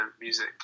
music